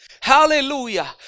hallelujah